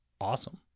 awesome